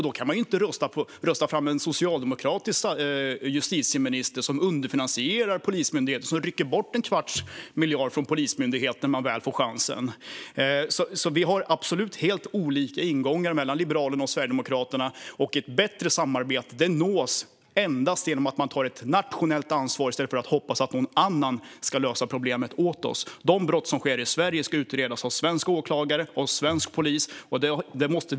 Då kan man inte rösta fram en socialdemokratisk justitieminister som underfinansierar polismyndigheten och rycker bort en kvarts miljard från polismyndigheten när man väl får chansen. Liberalerna och Sverigedemokraterna har absolut helt olika ingångar. Ett bättre samarbete nås endast genom att man tar nationellt ansvar i stället för att hoppas att någon annan ska lösa problemet åt oss. De brott som sker i Sverige ska utredas av svensk åklagare och svensk polis.